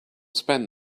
spend